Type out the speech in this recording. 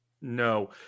No